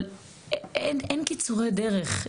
אבל אין קיצורי דרך.